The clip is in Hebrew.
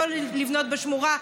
לא לבנות בשמורה,